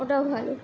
ওটাও ভালো